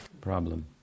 Problem